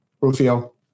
Rufio